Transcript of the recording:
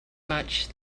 much